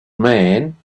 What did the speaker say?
man